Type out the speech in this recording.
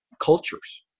cultures